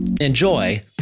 Enjoy